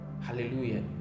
hallelujah